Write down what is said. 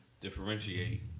differentiate